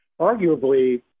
Arguably